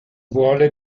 vuole